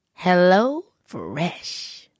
HelloFresh